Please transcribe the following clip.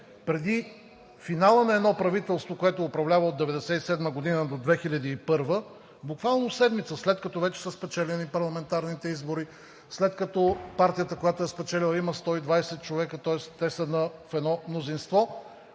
преди финала на едно правителство, което управлява от 1997 г. до 2001 г., буквално седмица, след като вече са спечелени парламентарните избори, след като партията, която е спечелила, има 120 човека, тоест те са в едно мнозинство,